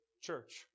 church